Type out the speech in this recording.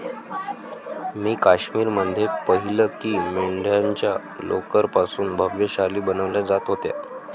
मी काश्मीर मध्ये पाहिलं की मेंढ्यांच्या लोकर पासून भव्य शाली बनवल्या जात होत्या